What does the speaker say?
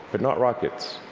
but not rockets.